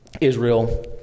Israel